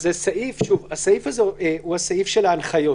הסעיף הזה הוא סעיף ההנחיות.